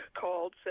called